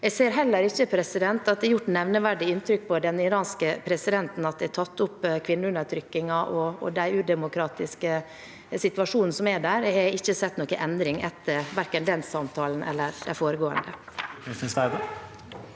Jeg ser heller ikke at det har gjort nevneverdig inntrykk på den iranske presidenten at kvinneundertrykkingen og den udemokratiske situasjonen som er der, er tatt opp. Jeg har ikke sett noen endring etter verken den samtalen eller de foregående.